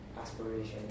aspiration